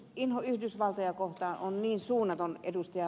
inho yhdysvaltoja kohtaan on niin suunnaton ed